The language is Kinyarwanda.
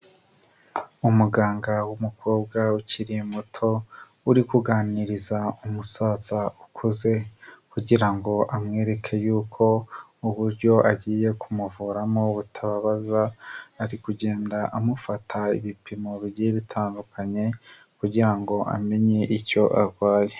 Umuganga w'umukobwa ukiri muto uri kuganiriza umusaza ukuze kugira ngo amwereke y'uko uburyo agiye kumuvuramo butababaza, ari kugenda amufata ibipimo bigiye bitandukanye kugira ngo amenye icyo arwaye.